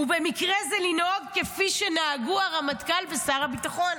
ובמקרה זה לנהוג כפי שנהגו הרמטכ"ל ושר הביטחון.